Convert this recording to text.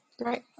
right